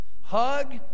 Hug